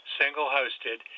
single-hosted